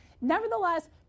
nevertheless